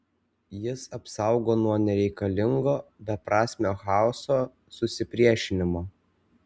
jis apsaugo nuo nereikalingo beprasmio chaoso susipriešinimo